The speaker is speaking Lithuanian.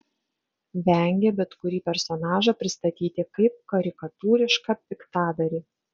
vengė bet kurį personažą pristatyti kaip karikatūrišką piktadarį